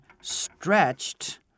stretched